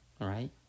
right